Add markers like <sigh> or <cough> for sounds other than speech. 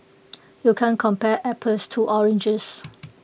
<noise> you can't compare apples to oranges <noise>